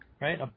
right